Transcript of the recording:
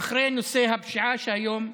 אחרי נושא הפשיעה, שהיום,